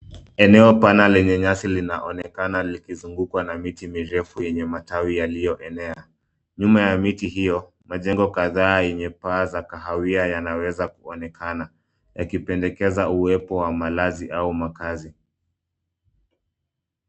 Eneo pana lenye nyasi linaonekana likizugukwa na miti mirefu yenye matawi yaliyoenea. Nyuma ya miti io, majengo kadhaa yenye paa za kahawia yanaweza kuonekana yakipendekeza uwepo wa malazi au makazi.